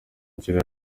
kirere